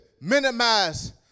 minimize